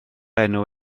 enw